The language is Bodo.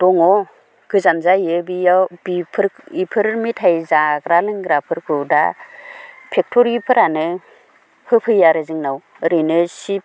दङ गोजान जायो बेयाव बेफोर मेथाइ जाग्रा लोंग्राफोरखौ दा फेक्ट'रिफोरानो होफैयो आरो जोंनाव ओरैनो चिप्स